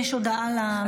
אין מתנגדים,